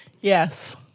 Yes